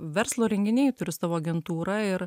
verslo renginiai turiu savo agentūrą ir